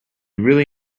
really